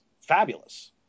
fabulous